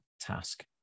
task